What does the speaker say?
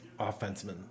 offensemen